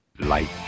Light